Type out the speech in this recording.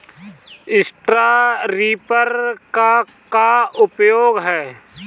Straw reaper क का उपयोग ह?